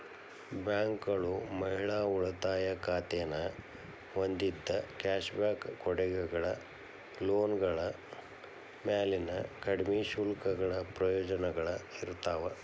ಬ್ಯಾಂಕ್ಗಳು ಮಹಿಳಾ ಉಳಿತಾಯ ಖಾತೆನ ಹೊಂದಿದ್ದ ಕ್ಯಾಶ್ ಬ್ಯಾಕ್ ಕೊಡುಗೆಗಳ ಲೋನ್ಗಳ ಮ್ಯಾಲಿನ ಕಡ್ಮಿ ಶುಲ್ಕಗಳ ಪ್ರಯೋಜನಗಳ ಇರ್ತಾವ